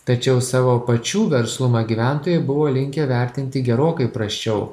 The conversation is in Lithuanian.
tačiau savo pačių verslumą gyventojai buvo linkę vertinti gerokai prasčiau